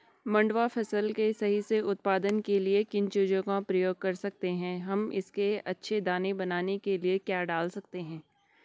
मंडुवा फसल के सही से उत्पादन के लिए किन चीज़ों का प्रयोग कर सकते हैं हम इसके अच्छे दाने बनाने के लिए क्या डाल सकते हैं?